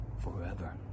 forever